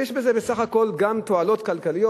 כשיש בזה בסך הכול גם תועלות כלכליות?